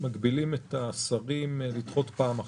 מגבילים את השרים לדחות רק פעם אחת?